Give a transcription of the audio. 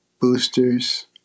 boosters